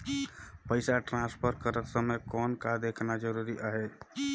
पइसा ट्रांसफर करत समय कौन का देखना ज़रूरी आहे?